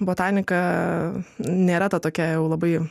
botanika nėra ta tokia jau labai